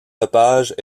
lepage